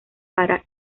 para